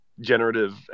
generative